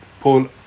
Paul